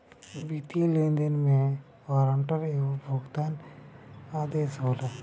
वित्तीय लेनदेन में वारंट एगो भुगतान आदेश होला